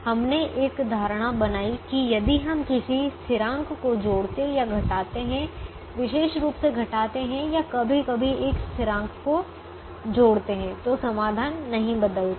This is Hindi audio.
हमने एक धारणा बनाई कि यदि हम किसी स्थिरांक को जोड़ते या घटाते हैं विशेष रूप से घटाते हैं या कभी कभी एक स्थिरांक जोड़ते हैं तो समाधान नहीं बदलता है